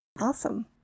Awesome